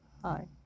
Hi